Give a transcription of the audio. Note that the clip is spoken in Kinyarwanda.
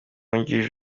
wungirije